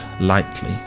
lightly